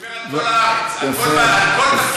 הוא דיבר על כל הארץ,